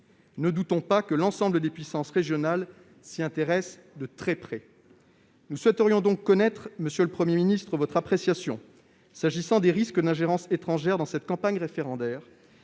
Ne doutons pas que l'ensemble des puissances régionales s'y intéressent de très près. Nous souhaiterions donc connaître, monsieur le Premier ministre, votre appréciation s'agissant des risques d'ingérence étrangère dans cette campagne référendaire.